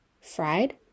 fried